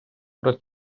про